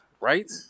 Right